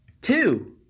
Two